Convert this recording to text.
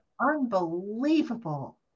unbelievable